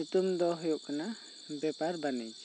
ᱧᱩᱛᱩᱢ ᱫᱚ ᱦᱩᱭᱩᱜ ᱠᱟᱱᱟ ᱵᱮᱯᱟᱨ ᱵᱟᱹᱱᱤᱡ